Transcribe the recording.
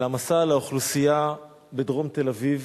על העמסה על האוכלוסייה בדרום תל-אביב,